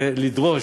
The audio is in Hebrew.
ולדרוש,